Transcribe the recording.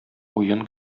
уен